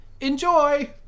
Enjoy